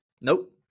Nope